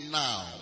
now